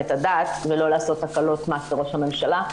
את הדעת ולא לעשות הקלות מס לראש הממשלה.